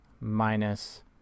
minus